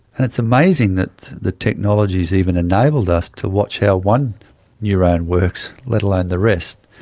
and it's amazing that the technology has even enabled us to watch how one neurone works, let alone the rest.